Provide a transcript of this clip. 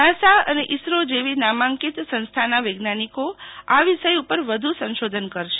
NASA અને ઈસરો જેવી નામાંકીત સંસ્થાના વૈજ્ઞાનિકો આ વિષય ઉપર વધુ સંશોધન કરશે